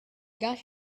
got